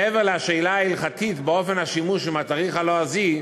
מעבר לשאלה ההלכתית באופן השימוש בתאריך הלועזי,